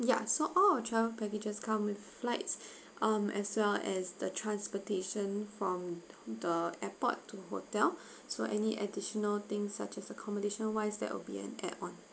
ya so all our travel packages come with flights um as well as the transportation from the airport to hotel so any additional thing such as accommodation wise that will be an add on